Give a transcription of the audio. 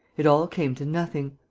it all came to nothing.